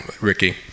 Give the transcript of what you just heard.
Ricky